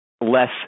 Less